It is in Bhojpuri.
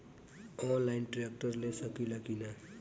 आनलाइन ट्रैक्टर ले सकीला कि न?